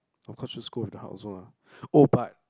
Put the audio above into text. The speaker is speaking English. of course good school with the heart also lah oh but